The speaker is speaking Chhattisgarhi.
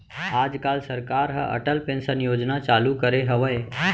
आज काल सरकार ह अटल पेंसन योजना चालू करे हवय